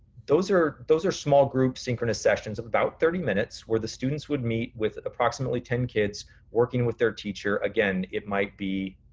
those are those are small groups synchronous sessions of about thirty minutes where the students would meet with approximately ten kids working with their teacher. again, it might be